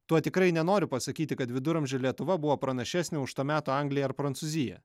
tuo tikrai nenoriu pasakyti kad viduramžių lietuva buvo pranašesnė už to meto angliją ar prancūziją